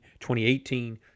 2018